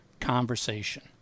conversation